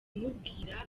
mubwira